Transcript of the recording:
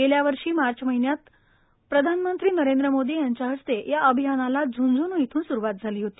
गेल्यावर्षी मार्च महिन्यात प्रधानमंत्री नरेन्द्र मोदी यांच्या हस्ते या अभियानाला झुंझुन् इथून सुरुवात झाली होती